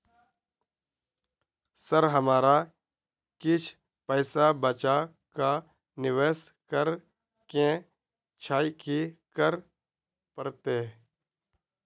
Sir हमरा किछ पैसा बचा कऽ निवेश करऽ केँ छैय की करऽ परतै?